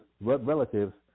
relatives